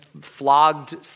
flogged